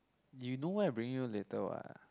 you know where I bring you later what